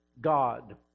God